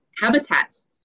habitats